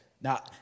Now